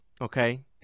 okay